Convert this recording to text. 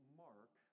mark